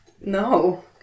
No